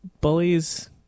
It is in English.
bullies